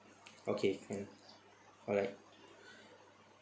okay can alright